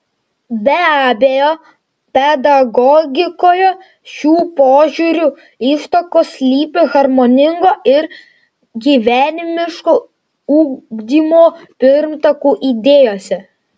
be abejo pedagogikoje šių požiūrių ištakos slypi harmoningo ir gyvenimiško ugdymo pirmtakų idėjose